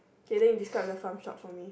okay then you describe the farm shop for me